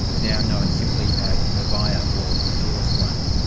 now known simply as nirbhaya or the fearless one.